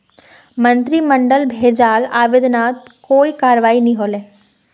मंत्रिमंडलक भेजाल आवेदनत कोई करवाई नी हले